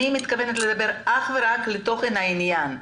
אני מתכוונת לדבר אך ורק על תוכן העניין.